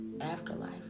afterlife